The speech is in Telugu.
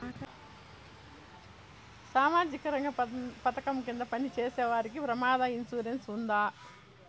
సామాజిక రంగ పథకం కింద పని చేసేవారికి ప్రమాద ఇన్సూరెన్సు ఉందా?